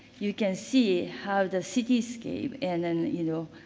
you can see how the cityscape and then you know,